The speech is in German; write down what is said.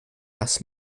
dass